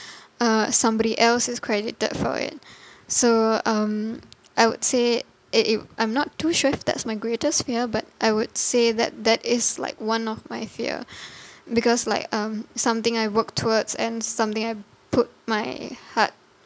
uh somebody else is credited for it so um I would say it it I'm not too sure if that's my greatest fear but I would say that that is like one of my fear because like um something I work towards and something I put my heart